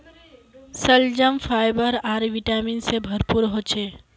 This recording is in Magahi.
शलजम फाइबर आर विटामिन से भरपूर ह छे